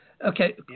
Okay